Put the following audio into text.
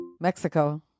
Mexico